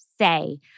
say